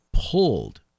Pulled